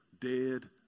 dead